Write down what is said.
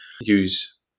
use